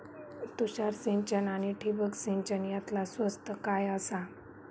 तुषार सिंचन आनी ठिबक सिंचन यातला स्वस्त काय आसा?